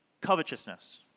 covetousness